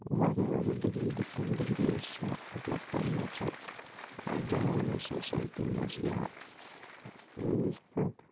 واریاہ واریاہ degree different degrees چھِ مطلب کَرمَژٕ جَوانو سوسایٹی منٛز یا یِتھ پٲٹھۍ